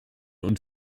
und